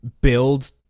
build